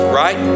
right